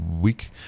week